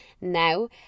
now